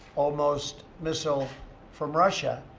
almost, missile from russia,